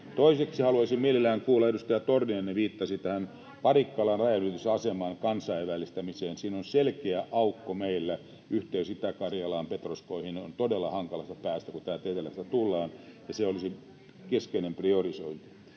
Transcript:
Toiseksi haluaisin mielelläni kuulla siitä, kun edustaja Torniainen viittasi tähän Parikkalan rajanylitysaseman kansainvälistämiseen. Siinä on selkeä aukko meillä yhteydessä Itä-Karjalaan, Petroskoihin. Sinne on todella hankala päästä, kun täältä etelästä tullaan, ja se olisi keskeinen priorisointi.